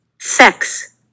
Sex